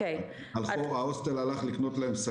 לא מוכנים לקבל את הדבר הזה מסיבה מאוד פשוטה,